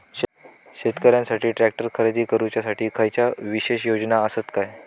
शेतकऱ्यांकसाठी ट्रॅक्टर खरेदी करुच्या साठी खयच्या विशेष योजना असात काय?